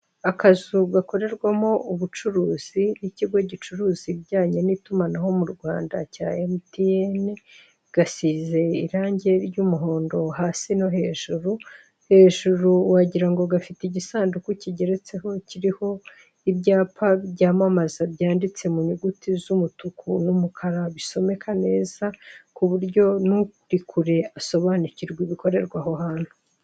Akazu gakorerwamo ubucuruzi bw'ikigo gicuruza ibijyanye n'itumanaho mu Rwanda cya emutiyene gasize irangi ry'umuhondo hasi no hejuru, hejuru wagirango gafite igisanduku kigeretseho kiriho ibyapa byamamaza byanditse mu inyuguti z'umutuku n'umukara bisomeka neza kuburyo n'uri kure asobanukirwa ibikorera aho hantu.